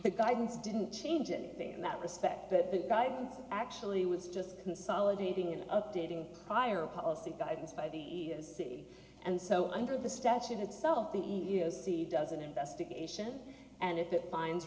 the guidance didn't change anything in that respect that the guy actually was just consolidating and updating prior policy guidance by the city and so under the statute itself the e e o c does an investigation and if it finds